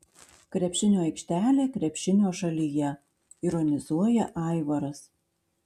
krepšinio aikštelė krepšinio šalyje ironizuoja aivaras